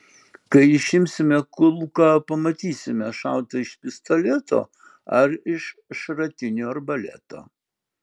kai išimsime kulką pamatysime šauta iš pistoleto ar iš šratinio arbaleto